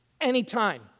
anytime